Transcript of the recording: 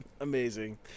Amazing